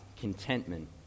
contentment